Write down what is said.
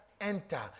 enter